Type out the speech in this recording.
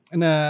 na